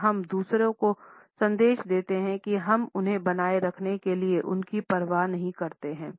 और हम दूसरों को संदेश देते हैं कि हम उन्हें बनाए रखने के लिए उनकी परवाह नहीं करते हैं